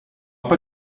pas